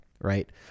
right